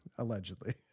Allegedly